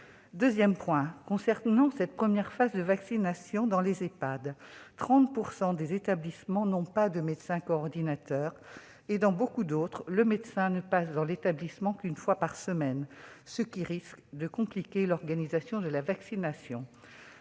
en ce qui concerne la première phase de vaccination dans les Ehpad, 30 % des établissements ne disposent pas de médecin coordinateur et, dans beaucoup d'autres, le médecin ne passe dans l'établissement qu'une fois par semaine, ce qui risque de compliquer l'organisation de la vaccination.